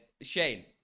Shane